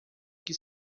que